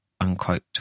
unquote